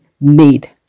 made